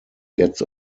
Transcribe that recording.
gets